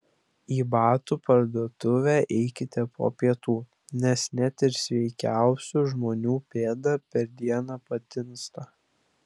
į batų parduotuvę eikite po pietų nes net ir sveikiausių žmonių pėda per dieną patinsta